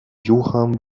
johann